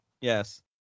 Yes